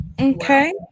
Okay